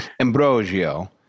ambrosio